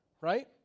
right